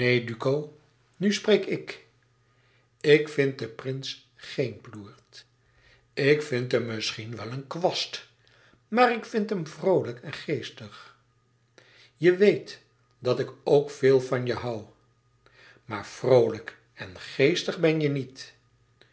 duco nu spreek ik ik vind den prins geen ploert ik vind hem misschien wel een kwast maar ik vind hem vroolijk en geestig je weet dat ik ook veel van je hoû maar vroolijk en geestig ben je niet